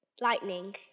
lightning